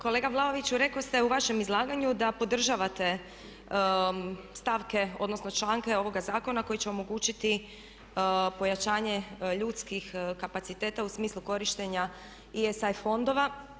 Kolega Vlaoviću, rekoste u vašem izlaganju da podržavate stavke, odnosno članke ovoga zakona koji će omogućiti pojačanje ljudskih kapaciteta u smislu korištenja ESA fondova.